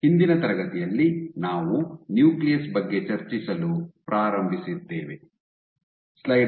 ಹಿಂದಿನ ತರಗತಿಯಲ್ಲಿ ನಾವು ನ್ಯೂಕ್ಲಿಯಸ್ ಬಗ್ಗೆ ಚರ್ಚಿಸಲು ಪ್ರಾರಂಭಿಸಿದ್ದೇವೆ